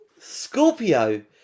Scorpio